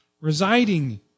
residing